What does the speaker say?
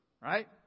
right